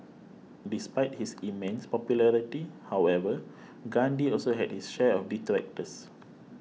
despite his immense popularity however Gandhi also had his share of detractors